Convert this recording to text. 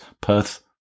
Perth